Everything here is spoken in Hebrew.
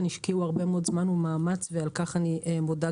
השקיעו הרבה מאוד זמן ומאמץ וגם על כך אני מודה.